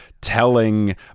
telling